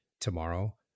tomorrow